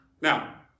Now